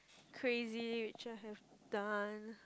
crazy which I have done